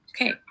Okay